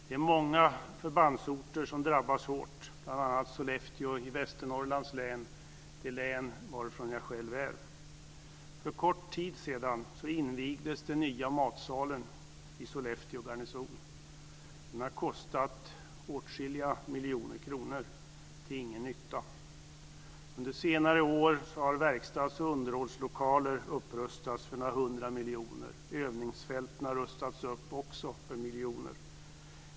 Det är många förbandsorter som drabbas hårt, bl.a. Sollefteå i Västernorrlands län, det län som jag själv är från. För kort tid sedan invigdes den nya matsalen vid Sollefteå garnison. Den har kostat åtskilliga miljoner kronor - till ingen nytta. Under senare år har verkstads och underhållslokaler upprustats för några hundra miljoner. Övningsfälten har också rustats upp för miljoner.